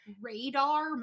Radar